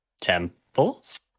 Temples